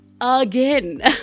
Again